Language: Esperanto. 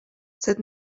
sed